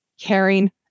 caring